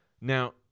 now